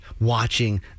watching